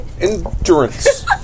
Endurance